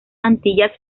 antillas